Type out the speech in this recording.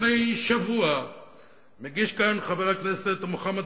ולפני שבוע מגיש כאן חבר הכנסת מוחמד